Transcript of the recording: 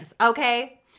okay